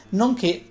nonché